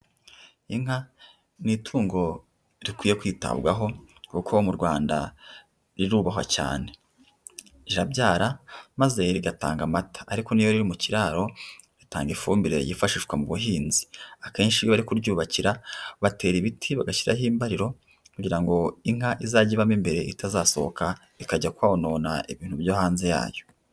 Inka ni itungo rikwiye kwitabwaho kuko mu Rwanda rirubahwa cyane, rirabyara maze rigatanga amata ariko niyo riri mu kiraro ritanga ifumbire yifashishwa mu buhinzi, akenshi iyo bari kuryubakira batera ibiti bagashyiraho imbariro kugira ngo inka izajye iba mo imbere itazasohoka ikajya konona ibintu byo hanze yayo.